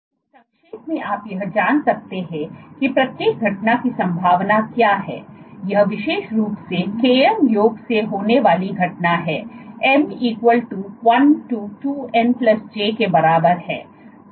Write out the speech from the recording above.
तो संक्षेप में आप यह जान सकते हैं कि प्रत्येक घटना की संभावना क्या है यह विशेष रूप से km योग से होने वाली घटना है m equal to 1 to 2nj के बराबर है